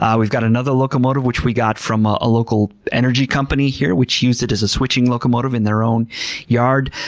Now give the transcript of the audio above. um we've got another locomotive which we got from a a local energy company here which used it as a switching locomotive in their own yard.